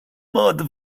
mod